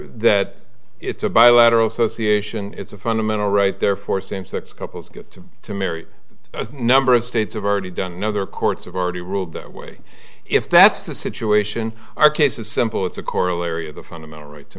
that it's a bilateral socit sion it's a fundamental right there for same sex couples get to marry a number of states have already done other courts have already ruled that way if that's the situation our case is simple it's a corollary of the fundamental right to